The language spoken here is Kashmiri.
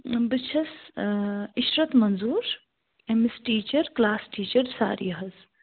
بہٕ چھَس عِشرَت مَنظور أمِس ٹیٖچر کٕلاس ٹیٖچر ساریاہَس